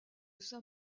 saint